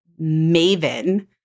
maven –